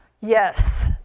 Yes